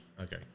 Okay